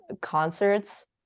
concerts